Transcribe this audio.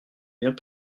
vient